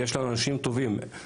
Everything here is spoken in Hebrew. יש הרבה אנשים טובים.